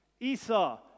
Esau